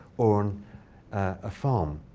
or a farm.